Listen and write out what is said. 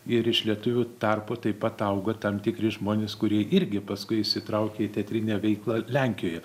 ir iš lietuvių tarpo taip pat auga tam tikri žmonės kurie irgi paskui įsitraukia į teatrinę veiklą lenkijoje